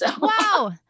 Wow